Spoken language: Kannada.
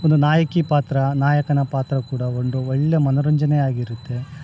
ಒಂದು ನಾಯಕಿ ಪಾತ್ರ ನಾಯಕನ ಪಾತ್ರ ಕೂಡ ಒಂದು ಒಳ್ಳೇ ಮನರಂಜನೆಯಾಗಿರುತ್ತೆ